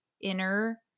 inner